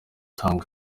tang